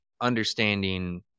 understanding